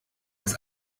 was